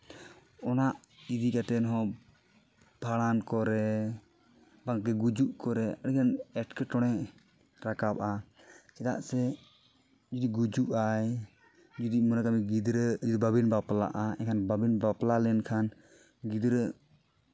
ᱚᱱᱟ ᱤᱫᱤ ᱠᱟᱛᱮᱫ ᱦᱚᱸ ᱵᱷᱟᱸᱰᱟᱱ ᱠᱚᱨᱮ ᱵᱟᱝᱠᱤ ᱜᱩᱡᱩᱜ ᱠᱚᱨᱮ ᱮᱸᱴᱠᱮᱴᱚᱬᱮ ᱨᱟᱠᱟᱵᱼᱟ ᱪᱮᱫᱟᱜ ᱥᱮ ᱡᱩᱫᱤ ᱜᱩᱡᱩᱜᱼᱟᱭ ᱡᱩᱫᱤ ᱢᱚᱱᱮ ᱠᱟᱜᱼᱢᱮ ᱜᱤᱫᱽᱨᱟᱹ ᱵᱟᱹᱵᱤᱱ ᱵᱟᱯᱞᱟᱜᱼᱟ ᱮᱱᱠᱷᱟᱱ ᱵᱟᱹᱵᱤᱱ ᱵᱟᱯᱞᱟ ᱞᱮᱱᱠᱷᱟᱱ ᱜᱤᱫᱽᱨᱟᱹ